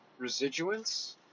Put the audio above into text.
residuance